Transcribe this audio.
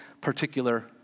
particular